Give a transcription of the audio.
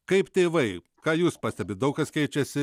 kaip tėvai ką jūs pastebit daug kas keičiasi